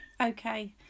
okay